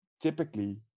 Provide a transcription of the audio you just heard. typically